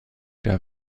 der